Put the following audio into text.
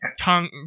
tongue